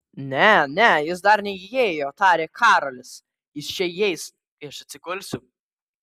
ne ne jis dar neįėjo tarė karolis jis čia įeis kai aš atsigulsiu